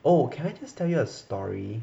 oh can I just tell you a story